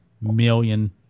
million